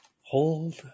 Hold